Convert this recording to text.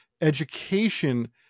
education